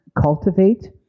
cultivate